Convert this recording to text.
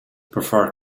prefer